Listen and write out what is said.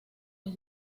sus